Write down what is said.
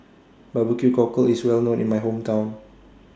Barbecue Cockle IS Well known in My Hometown